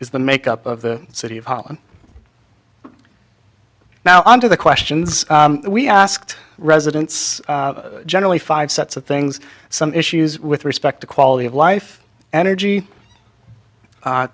is the makeup of the city of holland now under the questions we asked residents generally five sets of things some issues with respect to quality of life energy